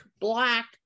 black